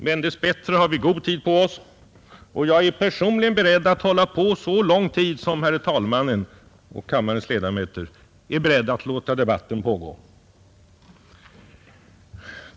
Men dess bättre har vi god tid på oss, och jag är personligen beredd att hålla på så lång tid som herr talmannen och kammarens ledamöter är beredda att låta debatten pågå.